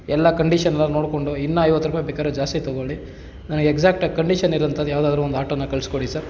ಎಲ್ಲ ಕಂಡೀಷನ್ ಎಲ್ಲ ನೋಡಿಕೊಂಡು ಇನ್ನೂ ಐವತ್ತು ರೂಪಾಯಿ ಬೇಕಾದ್ರೆ ಜಾಸ್ತಿ ತಗೊಳ್ಳಿ ನನಗೆ ಎಕ್ಸಾಕ್ಟಾಗಿ ಕಂಡೀಷನ್ ಇರೋವಂಥದ್ದು ಯಾವ್ದಾದ್ರೂ ಒಂದು ಆಟೋನ ಕಳಿಸ್ಕೊಡಿ ಸರ್